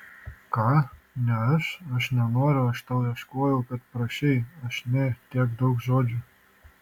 ką ne aš aš nenoriu aš tau ieškojau kad prašei aš ne tiek daug žodžių